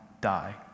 die